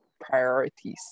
priorities